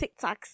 TikToks